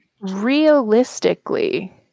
realistically